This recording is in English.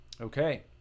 Okay